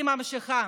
והיא ממשיכה: